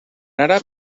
àrab